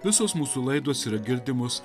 visos mūsų laidos yra girdimos